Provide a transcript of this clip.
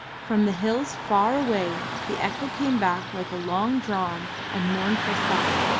from the hills far away the echo came back like a long-drawn and mournful sigh,